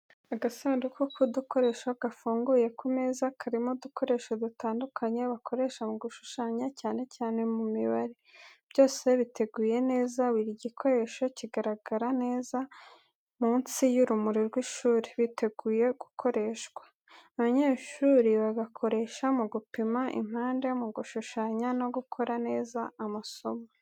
Agasanduku k’udukoresho gafunguye ku meza karimo udukoresho dutandukanye bakoresha mu gushushanya cyane cyane mu mibare, byose biteguye neza. Buri gikoresho kigaragara neza munsi y’urumuri rw’ishuri, biteguye gukoreshwa. Abanyeshuri bagakoresha mu gupima impande, gushushanya no gukora neza amasomo.